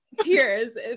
tears